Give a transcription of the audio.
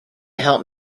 help